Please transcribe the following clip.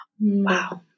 Wow